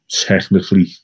technically